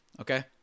okay